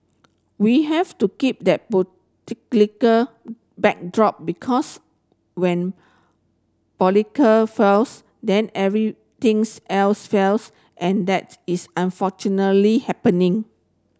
we have to keep that backdrop because when politic fails then everything's else fails and that is unfortunately happening